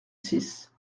six